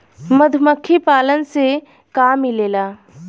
मधुमखी पालन से का मिलेला?